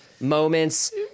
moments